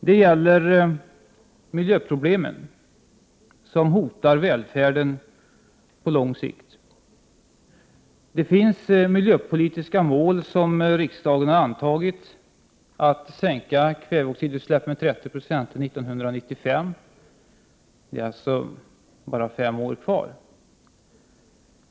Det gäller miljöproblemen, som hotar välfärden på lång sikt. Det finns miljöpolitiska mål som riksdagen har antagit. Ett sådant miljöpolitiskt mål är att sänka kväveoxidutsläppen med 30 9o fram till 1995. Vi har alltså bara fem år kvar.